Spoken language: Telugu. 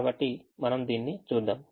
కాబట్టి మనం దీనిని చూద్దాం